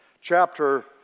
chapter